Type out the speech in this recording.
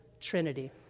Trinity